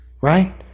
right